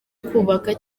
kubaka